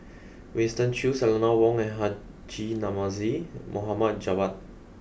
Winston Choos Eleanor Wong and Haji Namazie Mohammad Javad